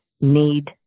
need